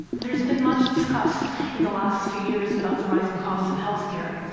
there has been much discussed in the last few years about the rising cost of health care.